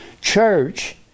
church